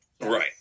Right